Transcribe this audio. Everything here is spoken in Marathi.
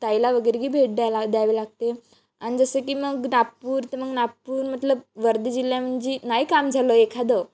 ताईला वगैरेही भेट द्यायला द्यावे लागते आणि जसं की मग नागपूर ते मग नागपूर मतलब वर्धा जिल्हा म्हणजे नाही काम झालं एखादं